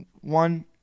one